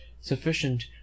sufficient